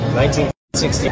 1960